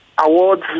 awards